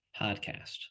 podcast